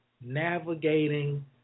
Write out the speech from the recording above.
navigating